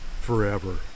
Forever